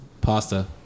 pasta